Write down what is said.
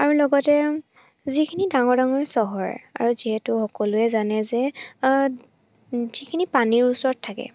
আৰু লগতে যিখিনি ডাঙৰ ডাঙৰ চহৰ আৰু যিহেতু সকলোৱে জানে যে যিখিনি পানীৰ ওচৰত থাকে